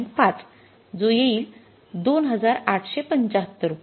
५० जो येईल २८७५ रुपये